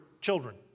children